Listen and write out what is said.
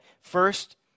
first